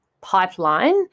pipeline